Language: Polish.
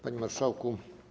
Panie Marszałku!